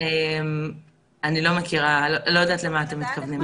אני לא מכירה, אני לא יודעת למה אתם מתכוונים.